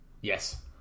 Yes